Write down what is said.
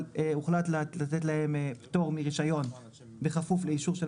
אבל הוחלט לתת להם פטור מרישיון בכפוף לאישורו של